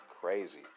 crazy